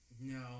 No